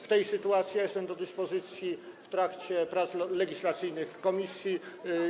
W tej sytuacji ja jestem do dyspozycji w trakcie prac legislacyjnych w komisji.